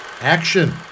action